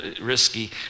risky